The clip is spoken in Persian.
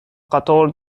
قطار